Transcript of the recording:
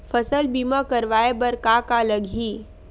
फसल बीमा करवाय बर का का लगही?